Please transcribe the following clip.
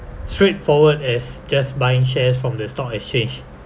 straightforward as just buying shares from the stock exchange